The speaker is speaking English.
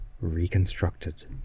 Reconstructed